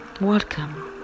welcome